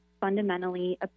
fundamentally